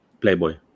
playboy